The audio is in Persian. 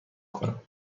کنم